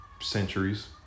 centuries